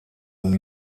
hamwe